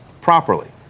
properly